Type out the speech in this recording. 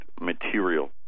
material